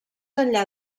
enllà